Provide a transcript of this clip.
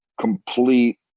complete